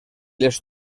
les